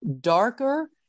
darker